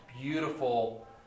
beautiful